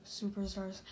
superstars